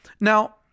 Now